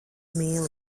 mīlu